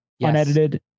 Unedited